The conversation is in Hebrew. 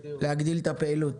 להגדיל את הפעילות.